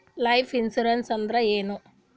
Life insurance ಅಂದ್ರ ಏನ?